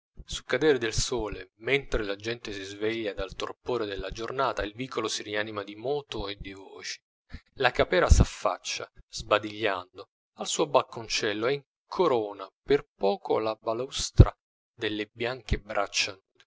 cadere del sole mentre la gente si sveglia dal torpore della giornata il vico si rianima di moto e di voci la capera s'affaccia sbadigliando al suo balconcello e incorona per poco la balaustra delle bianche braccia